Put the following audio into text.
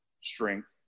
strength